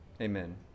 Amen